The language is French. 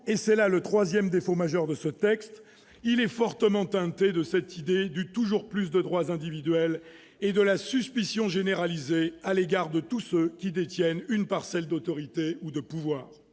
c'est là son troisième défaut majeur -est fortement teinté de l'idéologie du « toujours plus de droits individuels » et d'une suspicion généralisée à l'égard de tous ceux qui détiennent une parcelle d'autorité ou de pouvoir.